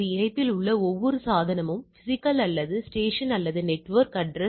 மாறுபட்டு அளவையானது கட்டின்மை கூறுகளின் 2 மடங்கிற்குச் சமம்